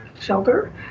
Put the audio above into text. shelter